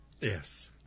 Yes